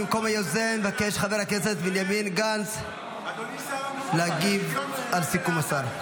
במקום היוזם מבקש חבר הכנסת בנימין גנץ להגיב על סיכום השר.